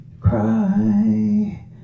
cry